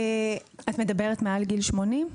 את מתכוונת מעל גיל 80?